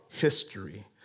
history